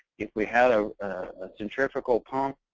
if we had a centrifugal pump,